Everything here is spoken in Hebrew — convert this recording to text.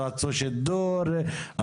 שידור,